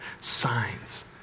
Signs